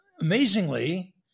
amazingly